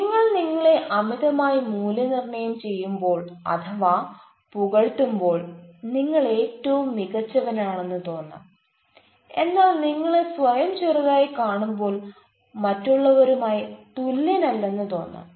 നിങ്ങൾ നിങ്ങളെ അമിതമായി മൂല്യനിർണയം ചെയ്യുമ്പോൾ അഥവാ പുകഴ്ത്തുമ്പോൾ നിങ്ങൾ ഏറ്റവും മികച്ചവനാണെന്ന് തോന്നാം എന്നാൽ നിങ്ങളെ സ്വയം ചെറുതായി കാണുമ്പോൾ മറ്റുള്ളവരുമായി തുല്യനല്ലെന്ന് തോന്നാം